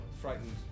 frightened